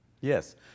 Yes